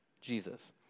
Jesus